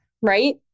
right